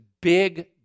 big